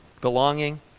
belonging